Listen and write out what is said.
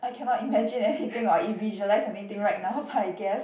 I cannot imagine anything or I visualise anything right now so I guess